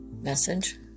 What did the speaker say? message